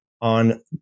on